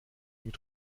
mit